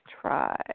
try